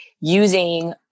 using